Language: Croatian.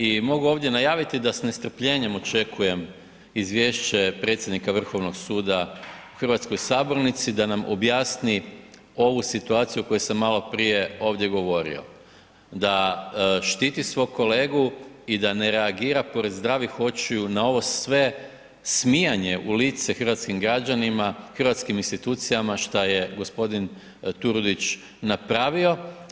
I mogu ovdje najaviti da s nestrpljenjem očekujem izvješće predsjednika Vrhovnog suda u hrvatskoj sabornici da nam objasni ovu situaciju o kojoj sam maloprije ovdje govorio, da štiti svog kolegu i da ne reagira pored zdravih očiju na ovo sve smijanje u lice hrvatskim građanima, hrvatskim institucijama šta je gospodin Turudić napravio.